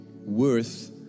worth